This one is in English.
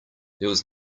was